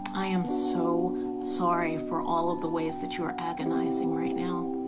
i am so sorry for all of the ways that you're agonizing right now.